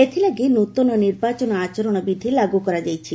ଏଥିଲାଗି ନୃତନ ନିର୍ବାଚନ ଆଚରଣ ବିଧି ଲାଗୁ କରାଯାଇଛି